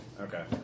Okay